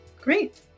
Great